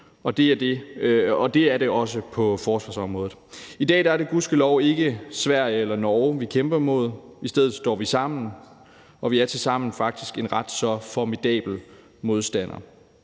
og det er det også på forsvarsområdet. I dag er det gudskelov ikke Sverige eller Norge, vi kæmper mod; i stedet står vi sammen, og vi er tilsammen faktisk en ret så formidabel modstander.